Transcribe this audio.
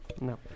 no